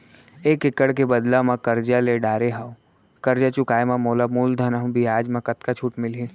एक एक्कड़ के बदला म करजा ले डारे हव, करजा चुकाए म मोला मूलधन अऊ बियाज म कतका छूट मिलही?